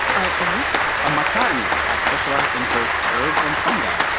ah a what? a mycotanist! i specialize in both herbs and fungi,